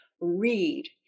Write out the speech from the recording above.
Read